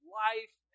life